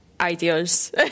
ideas